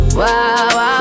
wow